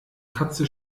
katze